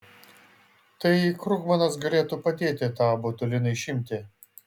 tai krugmanas galėtų padėti tą botuliną išimti